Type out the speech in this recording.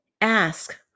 ask